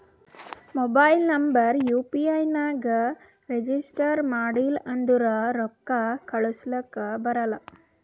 mobile number U P I ನಾಗ್ register ಮಾಡಿಲ್ಲ ಅಂದುರ್ ರೊಕ್ಕಾ ಕಳುಸ್ಲಕ ಬರಲ್ಲ